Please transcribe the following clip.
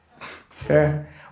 Fair